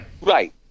Right